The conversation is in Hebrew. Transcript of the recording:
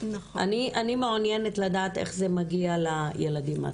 אני מעוניינת לדעת איך זה מגיע לילדים עצמם.